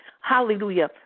Hallelujah